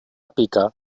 pica